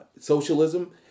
Socialism